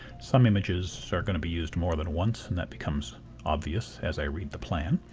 some images are going to be used more than once and that becomes obvious as i read the plan.